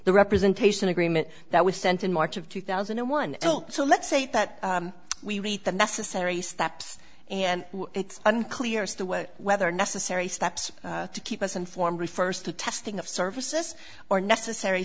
the representation agreement that was sent in march of two thousand and one so let's say that we read the necessary steps and it's unclear as to what whether necessary steps to keep us informed refers to testing of services or necessary